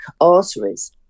arteries